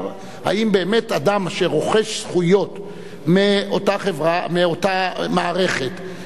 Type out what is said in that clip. האם באמת אדם אשר רוכש זכויות מאותה מערכת,